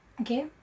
okay